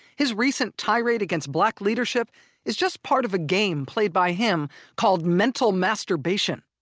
his recent tirade against black leadership is just part of a game played by him called mental masturbation.